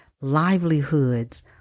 livelihoods